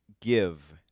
give